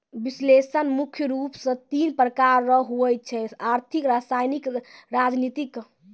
विश्लेषण मुख्य रूप से तीन प्रकार रो हुवै छै आर्थिक रसायनिक राजनीतिक